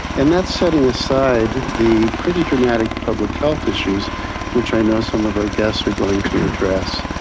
and that's setting aside the pretty dramatic public health issues which i know some of our guests are going to address.